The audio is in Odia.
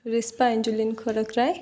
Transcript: ରିଷ୍ପା ଏଞ୍ଜୁଲିନ ଖରକରାଏ